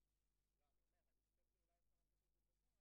פרטים: האם האדם פנה בעבר לאומנה או לאימוץ.